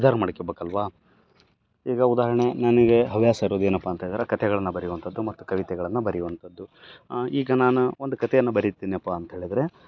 ನಿರ್ಧಾರ ಮಾಡ್ಕೊಬೇಕಲ್ವಾ ಈಗ ಉದಾಹರಣೆ ನನಗೆ ಹವ್ಯಾಸ ಇರೋದ್ ಏನಪ್ಪಾ ಅಂತೇಳಿದ್ರೆ ಕತೆಗಳ್ನ ಬರಿವಂಥದ್ದು ಮತ್ತು ಕವಿತೆಗಳನ್ನು ಬರೆಯುವಂಥದ್ದು ಈಗ ನಾನು ಒಂದು ಕತೆಯನ್ನು ಬರೀತಿನಪ್ಪಾ ಅಂತೇಳಿದ್ರೆ